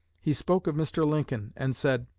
he spoke of mr. lincoln, and said,